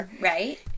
Right